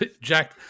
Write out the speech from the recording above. Jack